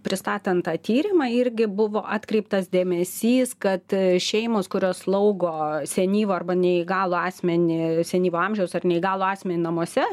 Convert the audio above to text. pristatant tą tyrimą irgi buvo atkreiptas dėmesys kad šeimos kurios slaugo senyvą arba neįgalų asmenį senyvo amžiaus ar neįgalų asmenį namuose